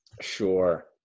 Sure